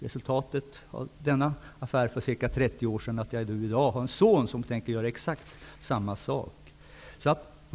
Resultatet av denna affär för ca 30 år sedan är att jag har en son som i dag tänker göra exakt samma sak.